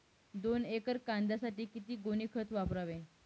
दोन एकर कांद्यासाठी किती गोणी खत वापरावे?